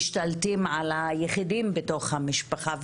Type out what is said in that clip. משתלטים על היחידים בתוך המשפחה,